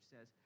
says